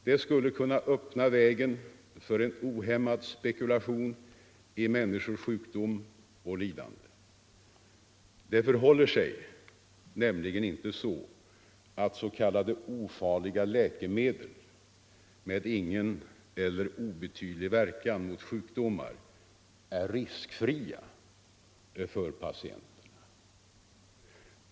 Den skulle kunna öppna vägen för en ohämmad spekulation i människors sjukdom och lidande. Det förhåller sig nämligen inte så att s.k. ofarliga läkemedel, med ingen eller obetydlig verkan mot sjukdomar, är riskfria för patienterna.